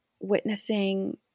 witnessing